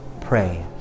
Pray